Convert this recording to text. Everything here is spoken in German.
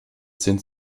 sind